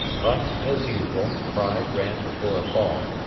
but, as usual, pride ran before a fall.